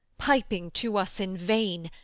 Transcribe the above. piping to us in vain,